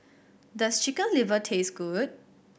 does Chicken Liver taste good